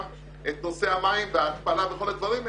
את נושא המים וההתפלה וכל הדברים האלה,